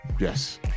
Yes